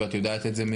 ואת יודעת את זה,